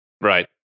Right